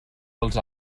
dels